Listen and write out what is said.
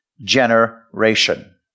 generation